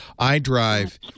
iDrive